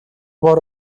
бор